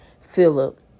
philip